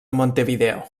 montevideo